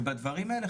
ובדברים האלה,